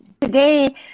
today